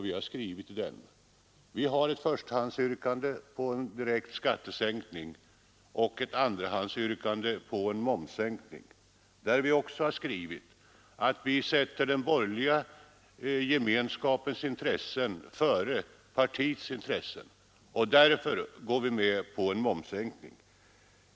Vi har ett förstahandsyrkande på en direkt skattesänkning och ett andrahandsyrkande på en momssänkning. Vi har också skrivit att vi sätter den borgerliga gemenskapens intressen före partiets intressen. Därför går vi med på en momssänkning.